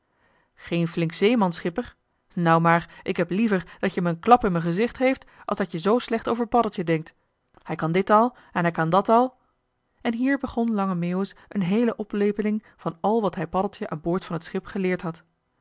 geen flink zeeman schipper nou maar ik heb liever dat je me een klap in m'n gezicht geeft als dat je zoo slecht over paddeltje denkt hij kan dit al en hij kan dat al en hier begon lange meeuwis een heele oplepeling van al wat hij paddeltje aan boord van het schip geleerd had